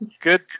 good